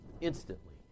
instantly